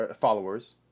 followers